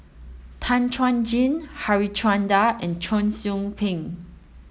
Tan Chuan Jin Harichandra and Cheong Soo Pieng